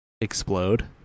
explode